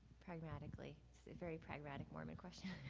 pragmatically, it's very pragmatic mormon question?